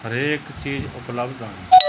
ਹਰੇਕ ਚੀਜ਼ ਉਪਲਬਧ ਆ